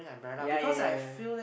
ya ya ya ya